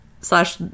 slash